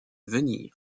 venir